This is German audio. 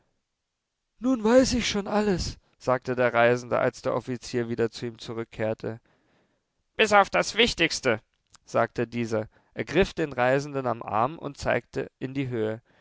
nun weiß ich schon alles sagte der reisende als der offizier wieder zu ihm zurückkehrte bis auf das wichtigste sagte dieser ergriff den reisenden am arm und zeigte in die höhe